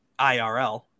IRL